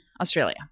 Australia